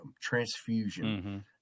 transfusion